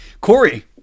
Corey